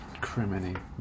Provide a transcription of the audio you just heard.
criminy